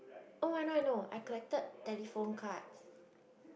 oh I know I know I collected telephone cards